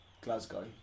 Glasgow